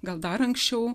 gal dar anksčiau